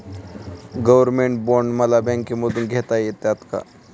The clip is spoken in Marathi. गव्हर्नमेंट बॉण्ड मला बँकेमधून घेता येतात का?